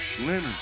Leonard